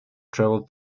travel